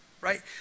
right